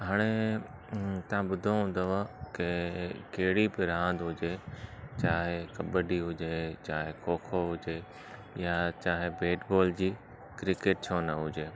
हाणे तव्हां ॿुधो हूंदव कि कहिड़ी बि रांदि हुजे चाहे कब्बडी हुजे चाहे खो खो हुजे या चाहे बेट बॉल जी क्रिकेट छो न हुजे